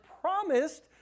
promised